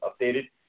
updated